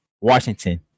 Washington